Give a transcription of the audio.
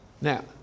Now